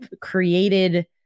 created